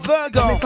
Virgo